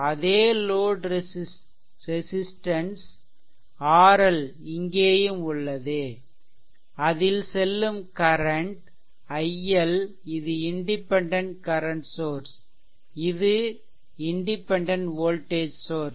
அதே load resistance RL இங்கேயும் உள்ளது அதில் செல்லும் கரன்ட் iL இது இண்டிபெண்டென்ட் கரன்ட் சோர்ஸ் இது இண்டிபெண்டென்ட் வோல்டேஜ் சோர்ஸ்